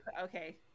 Okay